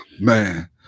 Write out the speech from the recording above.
Man